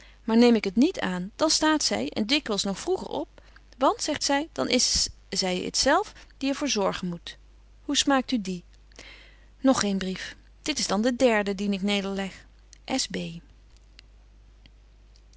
maar neem ik het niet aan dan staat zy en dikwyls nog vroeger op want zegt zy dan is zy t zelf die er voor zorgen moet hoe smaakt u die nog geen brief dit is dan de derde dien ik nederleg